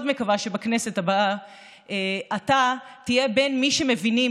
מקווה שבכנסת הבאה אתה תהיה ממי שמבינים,